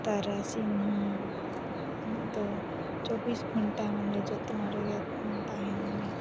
ᱛᱟᱨᱟᱥᱤᱧ ᱦᱚᱸ ᱟᱫᱚ ᱪᱚᱵᱵᱤᱥ ᱜᱷᱚᱱᱴᱟ ᱢᱟᱱᱮ ᱡᱚᱛᱱᱚ ᱨᱮᱜᱮ ᱛᱟᱦᱮᱱ ᱢᱮ